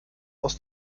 aus